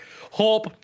Hope